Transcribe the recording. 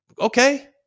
Okay